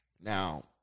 Now